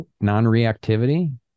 non-reactivity